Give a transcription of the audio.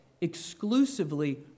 exclusively